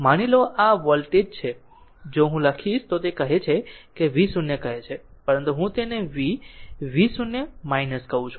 માની લો આ વોલ્ટેજ જો હું લખીશ તો તે કહે છે v0 કહે છે ફક્ત હું તેને v v0 કહું